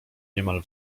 niemal